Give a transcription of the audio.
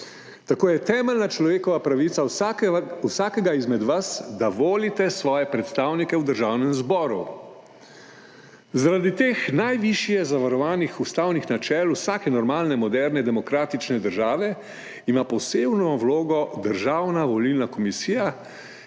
Tako je temeljna človekova pravica vsakega, vsakega izmed vas, da volite svoje predstavnike v Državnem zboru. Zaradi teh najvišje zavarovanih ustavnih načel vsake normalne moderne demokratične države ima posebno vlogo Državna volilna komisija,